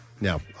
No